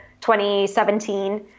2017